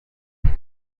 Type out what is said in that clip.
دوم